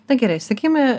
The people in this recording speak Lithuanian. na gerai sakykim